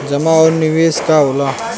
जमा और निवेश का होला?